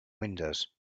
windows